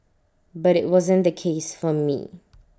but IT wasn't the case for me